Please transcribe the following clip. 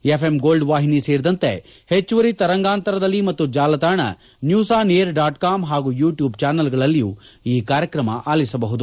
FM gold ವಾಹಿನಿ ಸೇರಿದಂತೆ ಹೆಚ್ಚುವರಿ ತರಂಗಾಂತರದಲ್ಲಿ ಮತ್ತು ಜಾಲತಾಣ news on air dot com ಹಾಗೂ ಯೂಟ್ಲೂಬ್ ಚಾನಲ್ಗಳಲ್ಲಿಯೂ ಈ ಕಾರ್ಯಕ್ರಮ ಅಲಿಸಬಹುದು